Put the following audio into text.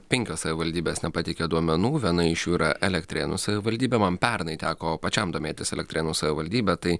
penkios savivaldybės nepateikė duomenų viena iš jų yra elektrėnų savivaldybė man pernai teko pačiam domėtis elektrėnų savivaldybe tai